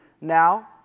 now